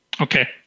Okay